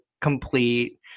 complete